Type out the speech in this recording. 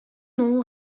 non